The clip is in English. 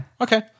Okay